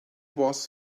was